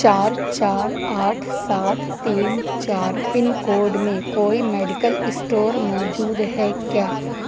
چار چار آٹھ سات تین چار پن کوڈ میں کوئی میڈیکل اسٹور موجود ہے کیا